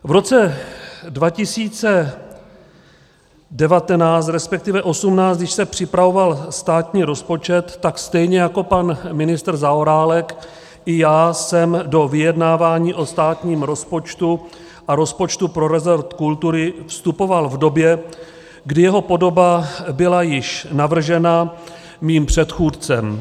V roce 2019, resp. 2018, když se připravoval státní rozpočet, tak stejně jako pan ministr Zaorálek, i já jsem do vyjednávání o státním rozpočtu a rozpočtu pro resort kultury vstupoval v době, kdy jeho podoba byla již navržena mým předchůdcem.